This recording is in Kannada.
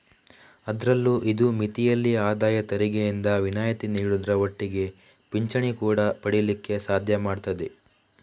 ಅದ್ರಲ್ಲೂ ಇದು ಮಿತಿಯಲ್ಲಿ ಆದಾಯ ತೆರಿಗೆಯಿಂದ ವಿನಾಯಿತಿ ನೀಡುದ್ರ ಒಟ್ಟಿಗೆ ಪಿಂಚಣಿ ಕೂಡಾ ಪಡೀಲಿಕ್ಕೆ ಸಾಧ್ಯ ಮಾಡ್ತದೆ